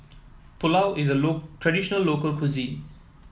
pulao is a traditional local cuisine